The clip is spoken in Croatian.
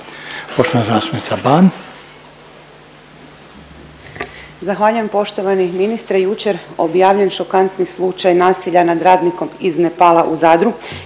Poštovana zastupnica Ban.